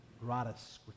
gratis